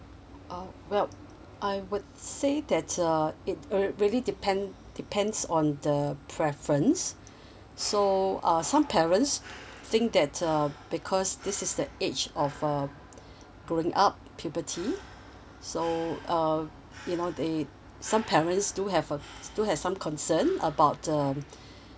oh well I would say that's uh it uh really depend depends on the preference so uh some parents think that's uh because this is the age of uh growing up puberty so uh you know they some parents do have uh do have some concern about um